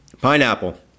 Pineapple